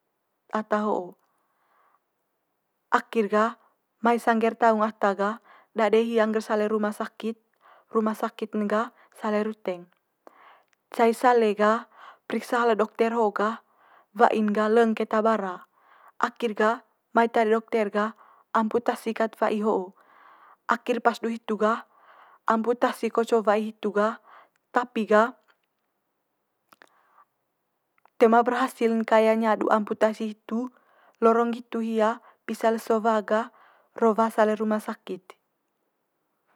Ata ho'o, akhir gah mai sangge'r taung ata gah dade hia ngger sale rumah sakit'n gah sale ruteng. Cai sale gah periksa le dokter ho gah wa'in gah leng keta bara, akhir gah mai tae de dokter gah amputasi kat wa'i ho'o. Akhir pas du hitu gah amputasi ko co'o wa'i hitu gah tapi gah toe ma berhasil'n kayanya du amputasi hitu lorong nggitu hia pisa leso wa gah rowa sale rumah sakit.